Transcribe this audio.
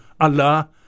Allah